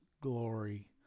glory